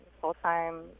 full-time